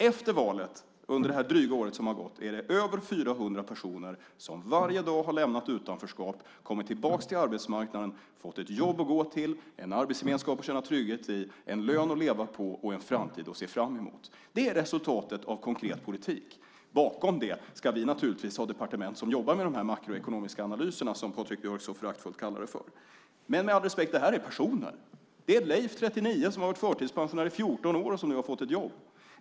Efter valet, under det dryga år som har gått, är det över 400 personer som varje dag har lämnat utanförskap, kommit tillbaka till arbetsmarknaden, fått ett jobb att gå till, en arbetsgemenskap att känna trygghet i, en lön att leva på och en framtid att se fram emot. Det är resultatet av konkret politik. Bakom det ska vi naturligtvis ha departement som jobbar med de makroekonomiska analyserna, som Patrik Björck så föraktfullt kallar det för. Det är personer. Det är Leif som är 39 år som varit förtidspensionär i 14 år och som nu har fått ett jobb.